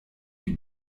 die